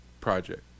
project